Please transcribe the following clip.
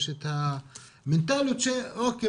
יש את המנטליות שאוקיי,